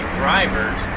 drivers